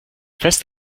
fest